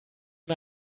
mir